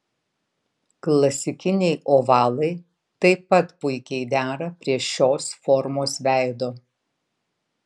klasikiniai ovalai taip pat puikiai dera prie šios formos veido